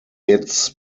its